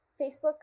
Facebook